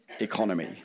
economy